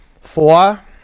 Four